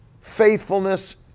faithfulness